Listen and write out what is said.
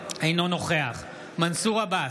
אינו נוכח מנסור עבאס,